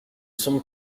semble